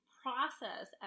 process